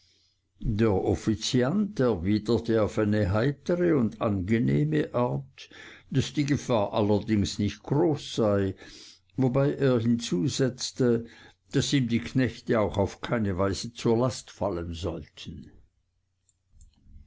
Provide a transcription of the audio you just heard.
der offiziant erwiderte auf eine heitere und angenehme art daß die gefahr allerdings nicht groß sei wobei er hinzusetzte daß ihm die knechte auch auf keine weise zur last fallen sollten